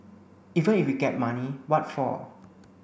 even if we get money what for